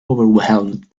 overwhelmed